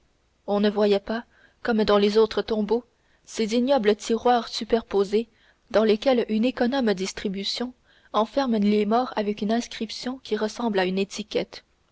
on ne voyait pas comme dans les autres tombeaux ces ignobles tiroirs superposés dans lesquels une économe distribution enferme les morts avec une inscription qui ressemble à une étiquette